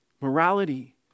morality